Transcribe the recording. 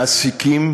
מעסיקים